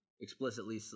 explicitly